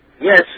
Yes